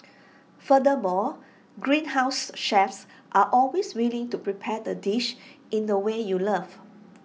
furthermore Greenhouse's chefs are always willing to prepare the dish in the way you love